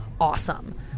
awesome